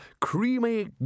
creamy